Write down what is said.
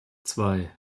zwei